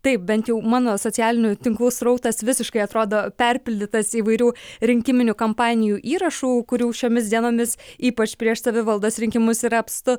taip bent jau mano socialinių tinklų srautas visiškai atrodo perpildytas įvairių rinkiminių kampanijų įrašų kurių šiomis dienomis ypač prieš savivaldos rinkimus yra apstu